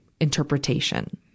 interpretation